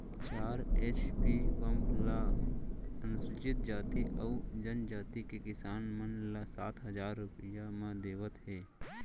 चार HP pump ल अनुसूचित जाति अउ जनजाति के किसान मन ल सात हजार रूपिया म देवत हे